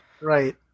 Right